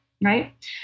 right